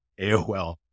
AOL